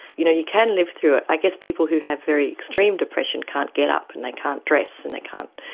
you know you can live through it. i guess people who have very extreme depression can't get up and they can't dress and they can't,